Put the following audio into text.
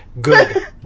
good